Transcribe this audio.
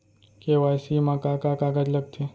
KYC मा का का कागज लगथे?